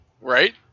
Right